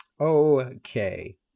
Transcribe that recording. Okay